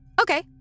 Okay